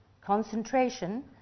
concentration